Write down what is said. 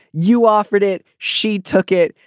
you offered it. she took it.